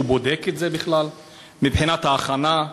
2. האם מישהו בודק את זה בכלל, מבחינת ההכנה,